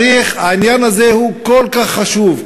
העניין הזה הוא כל כך חשוב,